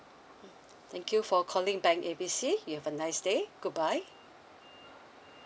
mm thank you for calling bank A B C you have a nice day goodbye